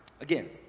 again